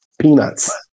Peanuts